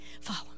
follow